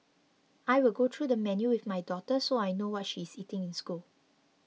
I will go through the menu with my daughter so I know what she is eating in school